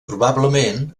probablement